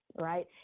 Right